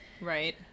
Right